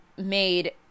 Made